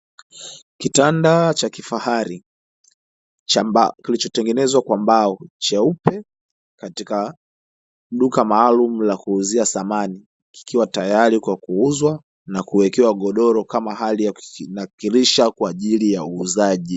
Kitanda cha kifahari, kilichotengenezwa kwa mbao, cheupe, katika duka maalumu la kuuzia samani, kikiwa tayari kwa kuuzwa na kuwekewa godoro kama hali ya kukinakilisha kwaajili ya uuzaji.